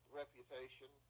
reputation